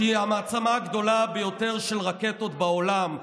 שהיא המעצמה הגדולה ביותר של רקטות בעולם.